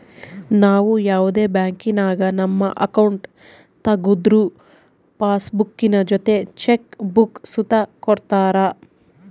ನಾವು ಯಾವುದೇ ಬ್ಯಾಂಕಿನಾಗ ನಮ್ಮ ಅಕೌಂಟ್ ತಗುದ್ರು ಪಾಸ್ಬುಕ್ಕಿನ ಜೊತೆ ಚೆಕ್ ಬುಕ್ಕ ಸುತ ಕೊಡ್ತರ